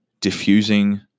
diffusing